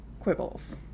quibbles